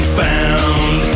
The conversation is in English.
found